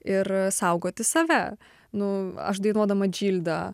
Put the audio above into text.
ir saugoti save nu aš dainuodama džildą